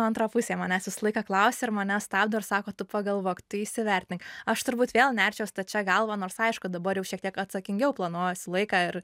antra pusė manęs visą laiką klausia ir mane stabdo ir sako tu pagalvok tu įsivertink aš turbūt vėl nerčiau stačia galva nors aišku dabar jau šiek tiek atsakingiau planuojuosi laiką ir